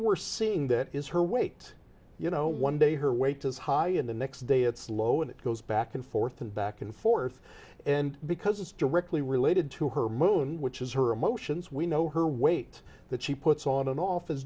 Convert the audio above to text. we're seeing that is her weight you know one day her weight is high in the next day it's low and it goes back and forth and back and forth and because it's directly related to her moon which is her emotions we know her weight that she puts on and off